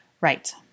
Right